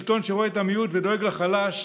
שלטון שרואה את המיעוט ודואג לחלש,